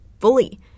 fully